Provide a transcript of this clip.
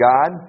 God